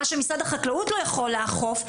מה שמשרד החקלאות לא יכול לאכוף,